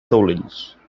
taulells